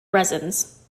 resins